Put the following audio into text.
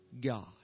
God